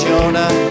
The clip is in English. Jonah